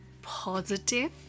positive